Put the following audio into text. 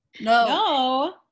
No